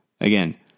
Again